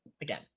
again